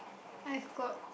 I have got